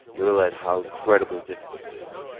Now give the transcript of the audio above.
you'll realize how incredibly difficult that is.